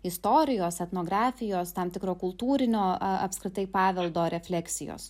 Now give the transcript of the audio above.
istorijos etnografijos tam tikro kultūrinio apskritai paveldo refleksijos